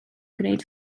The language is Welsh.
gwneud